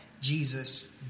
Jesus